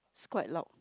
it's quite loud